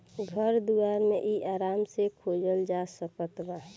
घर दुआर मे इ आराम से खोजल जा सकत बा